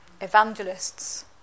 evangelists